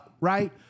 right